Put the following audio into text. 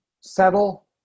Settle